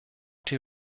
die